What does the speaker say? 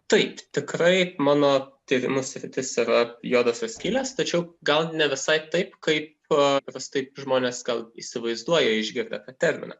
taip tikrai mano tyrimų sritis yra juodosios skylės tačiau gal ne visai taip kaip paprastai žmonės gal įsivaizduoja išgirdę terminą